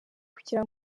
kugira